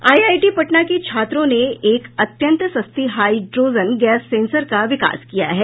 IIT Patna के छात्रों ने एक अत्यंत सस्ती हाईड्रोजन गैस सेंसर का विकास किया है